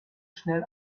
schnell